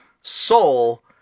soul